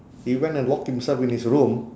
he went and lock himself in his room